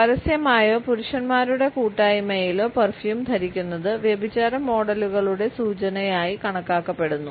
പരസ്യമായോ പുരുഷന്മാരുടെ കൂട്ടായ്മയിലോ പെർഫ്യൂം ധരിക്കുന്നത് വ്യഭിചാര മോഡലുകളുടെ സൂചനയായി കണക്കാക്കപ്പെടുന്നു